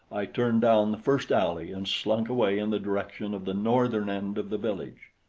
i turned down the first alley and slunk away in the direction of the northern end of the village.